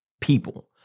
people